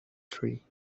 tree